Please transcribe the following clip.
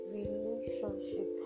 relationship